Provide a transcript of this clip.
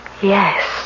Yes